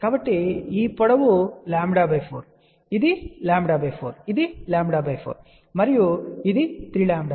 కాబట్టి ఈ పొడవు λ4 ఇది λ4 ఇది λ4 మరియు ఇది 3 λ4 అలాగే